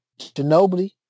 Ginobili